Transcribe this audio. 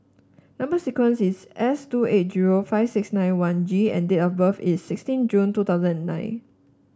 number sequence is S two eight zero five six nine one G and date of birth is sixteen June two thousand and nine